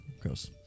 Gross